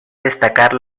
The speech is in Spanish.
destacar